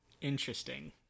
Interesting